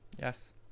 Yes